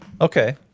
Okay